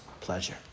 pleasure